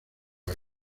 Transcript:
new